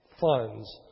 funds